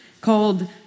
called